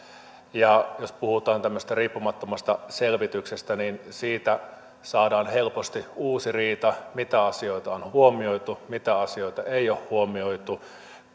ja jos puhutaan tämmöisestä riippumattomasta selvityksestä niin siitä saadaan helposti uusi riita että mitä asioita on on huomioitu mitä asioita ei ole huomioitu